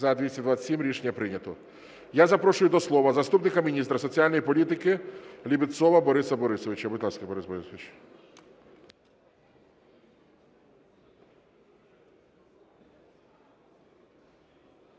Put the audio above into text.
За-227 Рішення прийнято. Я запрошую до слова заступника міністра соціальної політики Лебедцова Бориса Борисовича. Будь ласка, Борис Борисович.